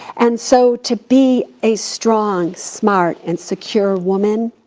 and so to be a strong, smart, and secure woman,